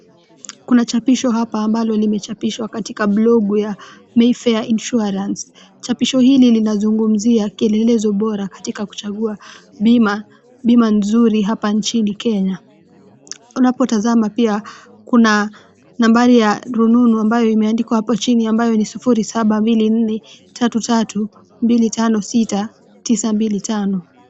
Kuna chapisho hapa ambalo limechapishwa katika blogu ya Mayfair Insurance. Chapisho hili linazungumzia kielelezo bora katika kuchagua bima bima nzuri hapa nchini Kenya. Unapotazama pia kuna nambari ya rununu ambayo imeandikwa hapo chini ambayo ni 072433256925.